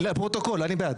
לפרוטוקול אני בעד.